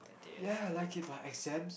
ya I like it but I said